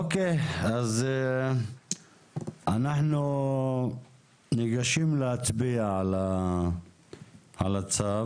אוקיי, אז אנחנו ניגשים להצביע על התקנות,